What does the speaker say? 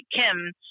Kim